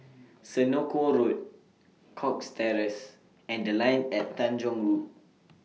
Senoko Road Cox Terrace and The Line At Tanjong Rhu